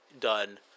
Done